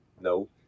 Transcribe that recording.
No